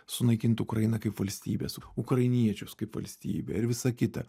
sunaikint ukrainą kaip valstybę ukrainiečius kaip valstybę ir visa kita